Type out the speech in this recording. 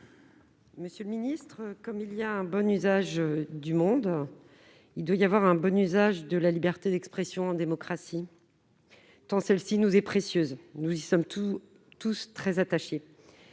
Monsieur le secrétaire d'État, comme il y a un bon usage du monde, il doit y avoir un bon usage de la liberté d'expression en démocratie, tant celle-ci nous est précieuse et tant nous y sommes attachés.